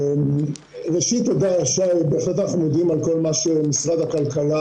ראשית, אנחנו מודים על כל מה שמשרד הכלכלה עושה.